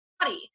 body